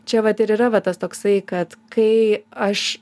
čia vat ir yra va tas toksai kad kai aš